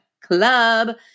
Club